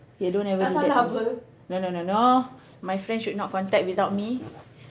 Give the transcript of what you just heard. ya don't ever do that bro no no no no my friends should not contact without me